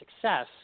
success